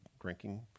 drinking